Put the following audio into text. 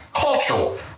cultural